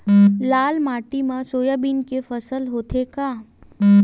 लाल माटी मा सोयाबीन के फसल होथे का?